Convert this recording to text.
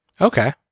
Okay